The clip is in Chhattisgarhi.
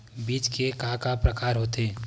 बीज के का का प्रकार होथे?